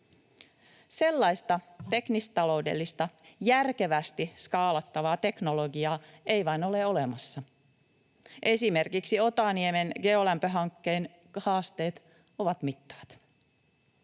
Sellaista teknis-taloudellista järkevästi skaalattavaa teknologiaa ei vain ole olemassa. Esimerkiksi Otaniemen geolämpöhankkeen haasteet ovat mittavat.